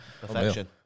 Perfection